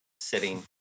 sitting